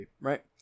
right